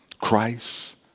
Christ